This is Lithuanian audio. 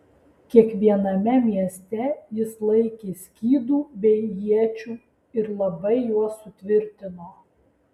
kiekviename mieste jis laikė skydų bei iečių ir labai juos sutvirtino